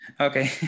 Okay